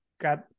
Got